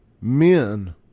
Men